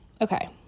okay